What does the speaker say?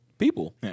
People